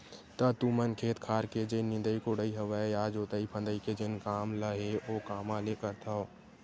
त तुमन खेत खार के जेन निंदई कोड़ई हवय या जोतई फंदई के जेन काम ल हे ओ कामा ले करथव?